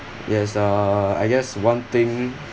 yes uh I guess one thing